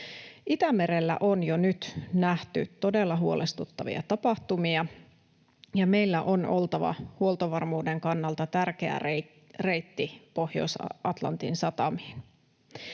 Itämerellä on jo nyt nähty todella huolestuttavia tapahtumia, ja meillä on oltava huoltovarmuuden kannalta tärkeä reitti Pohjois-Atlantin satamiin.